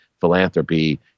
philanthropy